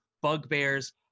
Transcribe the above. bugbears